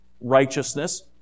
righteousness